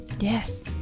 Yes